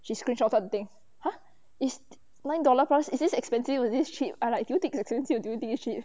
she screenshots something !huh! is nine dollar plus is this expensive or is this cheap I'm like did you think is expensive or you think is cheap